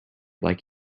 like